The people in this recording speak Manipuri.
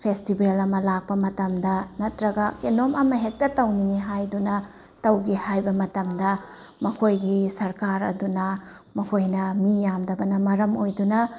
ꯐꯦꯁꯇꯤꯚꯦꯜ ꯑꯃ ꯂꯥꯛꯄ ꯃꯇꯝꯗ ꯅꯠꯇ꯭ꯔꯒ ꯀꯩꯅꯣꯝ ꯑꯃ ꯍꯦꯛꯇ ꯇꯧꯅꯤꯡꯏ ꯍꯥꯏꯗꯨꯅ ꯇꯧꯒꯦ ꯍꯥꯏꯕ ꯃꯇꯝꯗ ꯃꯈꯣꯏꯒꯤ ꯁꯔꯀꯥꯔ ꯑꯗꯨꯅ ꯃꯈꯣꯏꯅ ꯃꯤ ꯌꯥꯝꯗꯕꯅ ꯃꯔꯝ ꯑꯣꯏꯗꯨꯅ